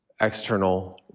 external